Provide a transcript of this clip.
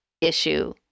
issue